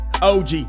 OG